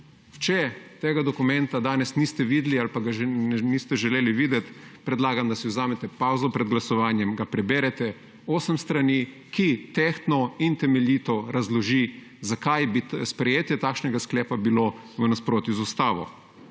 Če tega dokumenta danes niste videli ali pa ga niste želeli videti, predlagam, da si vzamete pavzo pred glasovanjem, ga preberete, osem strani, ki tehtno in temeljito razloži, zakaj bi sprejetje takšnega sklepa bilo v nasprotju z ustavo